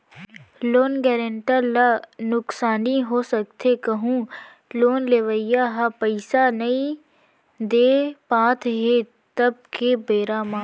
loan guarantor ल नुकसानी हो सकथे कहूँ लोन लेवइया ह पइसा नइ दे पात हे तब के बेरा म